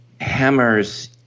hammers